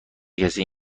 کسی